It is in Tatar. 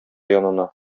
янына